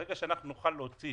ברגע שנוכל להוציא